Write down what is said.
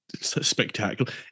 spectacular